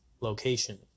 location